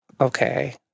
okay